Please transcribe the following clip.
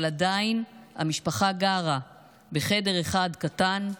אבל עדיין המשפחה גרה בחדר אחד קטן.